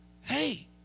Hey